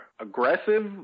aggressive